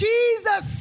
Jesus